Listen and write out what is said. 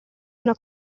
una